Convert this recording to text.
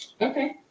Okay